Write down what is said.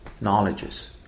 knowledges